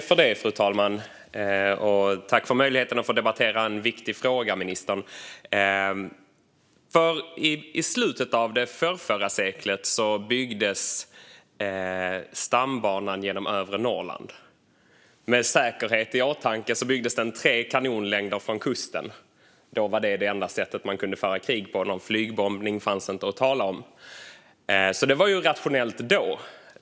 Fru talman! Jag tackar för möjligheten att debattera en viktig fråga med ministern. I slutet av förrförra seklet byggdes stambanan genom övre Norrland. Med säkerheten i åtanke byggdes den tre kanonlängder från kusten. Då var detta det enda sätt man kunde föra krig på - någon flygbombning fanns inte att tala om - så det var ju rationellt då.